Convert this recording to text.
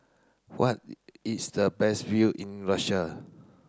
what is the best view in Russia